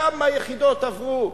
כמה יחידות עברו.